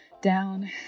Down